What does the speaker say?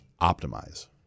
optimize